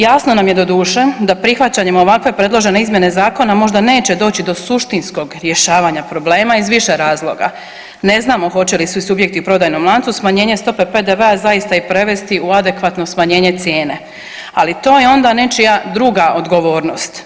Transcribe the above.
Jasno nam je doduše da prihvaćanjem ovakve predložene izmjene zakona možda neće doći do suštinskog rješavanja problema iz više razloga, ne znamo hoće li svi subjekti u prodajnom lancu smanjenje stope PDV-a zaista i prevesti u adekvatno smanjenje cijene, ali to je onda nečija druga odgovornost.